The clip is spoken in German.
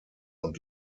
und